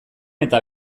eta